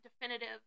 definitive